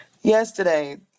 yesterday